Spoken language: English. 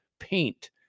paint